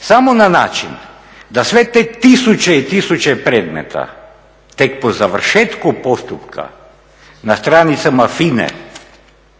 Samo na način da sve te tisuće i tisuće predmeta tek po završetku postupka na stranicama FINA-e